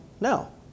No